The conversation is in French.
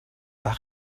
pas